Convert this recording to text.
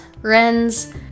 wrens